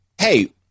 hey